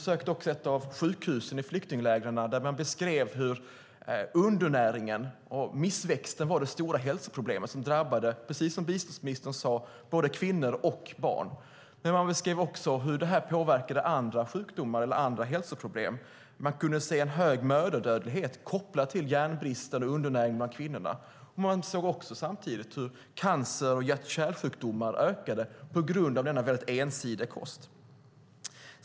Jag besökte ett av sjukhusen i flyktinglägren, där man beskrev undernäringen och missväxten som det stora hälsoproblemet. Som biståndsministern sade drabbar det både kvinnor och barn. Man beskrev också hur detta påverkar andra sjukdomar och hälsoproblem. Man kunde se en hög mödradödlighet kopplad till järnbrist och undernäring bland kvinnorna. Man såg även hur cancer och hjärt och kärlsjukdomar ökade på grund av den väldigt ensidiga kosten.